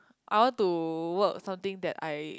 I want to work something that I